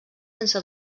sense